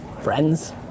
friends